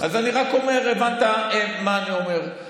אז אני רק אומר, הבנת מה אני אומר.